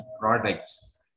products